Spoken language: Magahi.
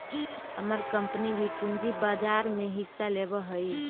हमर कंपनी भी पूंजी बाजार में हिस्सा लेवअ हई